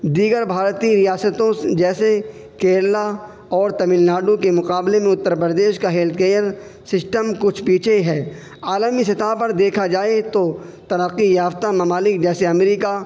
دیگر بھارتیہ ریاستوں جیسے کیرلہ اور تمل ناڈو کے مقابلے میں اتّر پردیش کا ہیلتھ کیئر سسٹم کچھ پیچھے ہے عالمی سطح پر دیکھا جائے تو ترقی یافتہ ممالک جیسے امریکہ